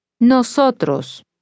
Nosotros